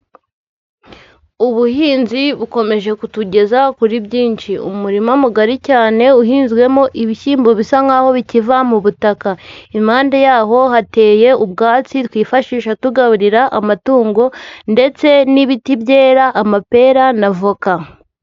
Ubuhinzi bukomeje kutugeza kuri byinshi, umurima mugari cyane uhinzwemo ibishyimbo bisa nk'aho bikiva mu butaka, impande yaho hateye ubwatsi twifashisha tugaburira amatungo ndetse n'ibiti byera amapera na voka.